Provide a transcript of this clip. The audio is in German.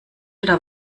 oder